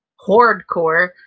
hardcore